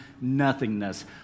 nothingness